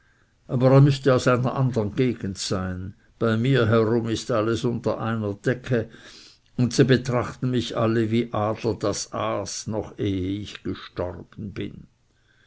aber er müßte aus einer andern gegend sein bei mir herum ist alles unter einer decke und sie betrachten mich alle wie die adler das aas noch ehe ich gestorben bin